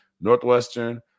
Northwestern